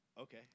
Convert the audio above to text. Okay